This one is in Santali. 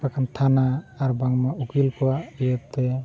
ᱵᱟᱠᱷᱟᱱ ᱛᱷᱟᱱᱟ ᱟᱨ ᱵᱟᱝᱢᱟ ᱩᱠᱤᱞ ᱠᱚᱣᱟᱜ ᱤᱭᱟᱹᱛᱮ